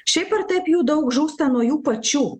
šiaip ar taip jų daug žūsta nuo jų pačių